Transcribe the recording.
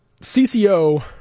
CCO